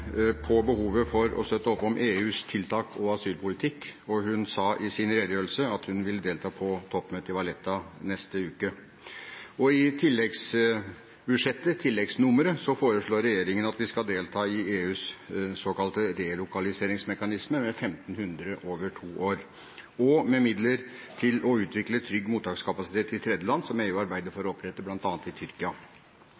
på behovet for å støtte opp om EUs tiltak og asylpolitikk, og hun sa i sin redegjørelse at hun vil delta på toppmøtet i Valletta neste uke. I tilleggsnummeret foreslår regjeringen at vi skal delta i EUs såkalte relokaliseringsmekanisme med 1 500 over to år, og med midler til å utvikle trygg mottakskapasitet i tredjeland som EU arbeider for